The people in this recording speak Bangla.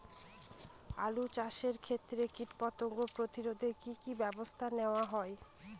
আলু চাষের ক্ষত্রে কীটপতঙ্গ প্রতিরোধে কি কী ব্যবস্থা নেওয়া হয়?